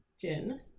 gin